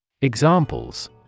Examples